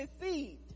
deceived